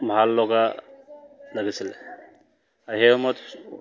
ভাললগা লাগিছিলে সেই সময়ত